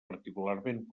particularment